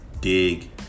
dig